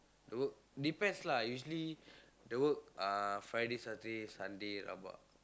the work depends lah usually the work uh Friday Saturday Sunday rabak